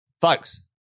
Folks